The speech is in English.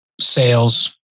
sales